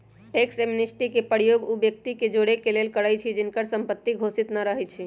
tax amnesty के प्रयोग उ व्यक्ति के जोरेके लेल करइछि जिनकर संपत्ति घोषित न रहै छइ